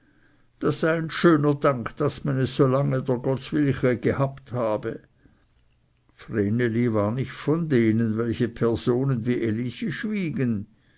das sei ein schöner dank daß man es so lange dr gottswille gehabt habe vreneli war nicht von denen welche personen wie elisi schwiegen